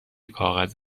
کاغذ